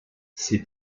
ces